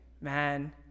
man